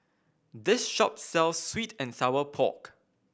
this shop sells sweet and Sour Pork